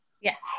Yes